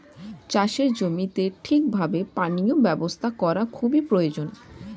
চাষের জমিতে ঠিক ভাবে পানীয় ব্যবস্থা করা খুবই প্রয়োজন